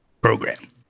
program